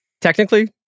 technically